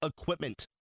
equipment